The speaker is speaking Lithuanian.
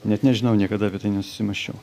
net nežinau niekada apie tai nesusimąsčiau